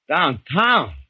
Downtown